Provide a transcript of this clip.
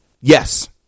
Yes